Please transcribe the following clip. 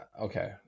Okay